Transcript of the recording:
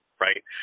right